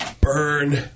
Burn